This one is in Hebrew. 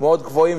מאוד גבוהים,